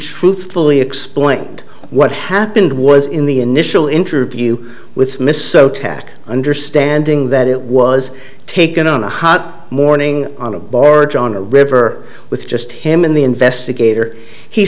truthfully explained what happened was in the initial interview with miso tak understanding that it was taken on a hot morning on a barge on a river with just him and the investigator he